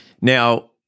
now